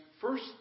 first